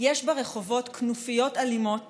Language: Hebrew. יש ברחובות כנופיות אלימות